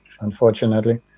unfortunately